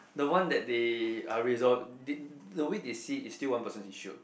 the one that they are resolve the way they see is still one person's issue